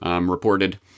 reported